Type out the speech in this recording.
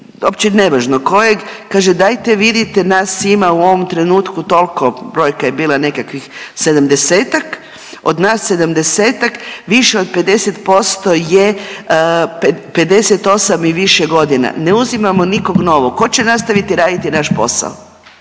opće nevažno kojeg, kaže dajte vidite nas ima u ovom trenutku tolko, brojka je bila nekakvih 70-tak, od nas 70-tak više od 50% je 58 i više godina, ne uzimamo nikog novog, ko će nastaviti raditi naš posao.